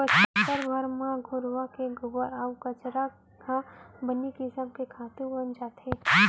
बछर भर म घुरूवा के गोबर अउ कचरा ह बने किसम के खातू बन जाथे